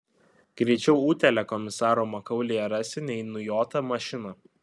greičiau utėlę komisaro makaulėje rasi nei nujotą mašiną